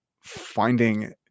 finding